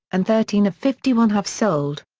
and thirteen of fifty one have sold.